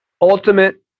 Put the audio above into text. ultimate